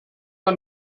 man